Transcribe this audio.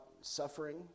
suffering